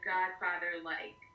Godfather-like